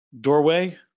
doorway